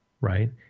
right